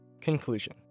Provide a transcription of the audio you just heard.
Conclusion